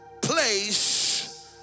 place